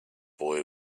boy